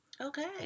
Okay